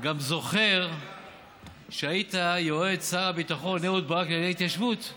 גם זוכר שהיית יועץ שר הביטחון אהוד ברק לענייני התיישבות.